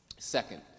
Second